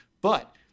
But-